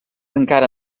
encara